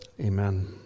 Amen